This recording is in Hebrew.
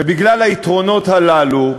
ובגלל היתרונות הללו,